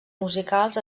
musicals